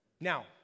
Now